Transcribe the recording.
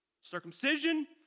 Circumcision